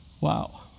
Wow